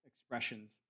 expressions